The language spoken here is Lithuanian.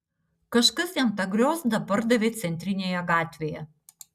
kažkas jam tą griozdą pardavė centrinėje gatvėje